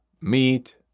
Meat